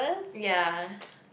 ya